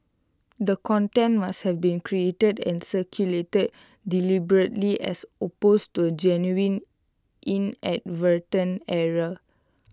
the content must have been created and circulated deliberately as opposed to A genuine inadvertent error